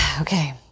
Okay